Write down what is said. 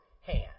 hand